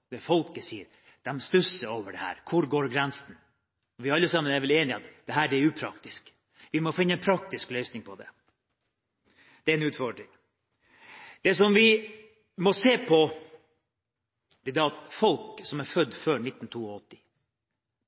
at dette er upraktisk. Vi må finne praktiske løsninger på det – det er en utfordring. Det vi må se på, er folk som er født før 1982: